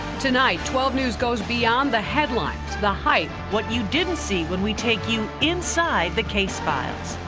tonight twelve news goes beyond the, headlines, the hype. what you didn't see when we take you inside the case file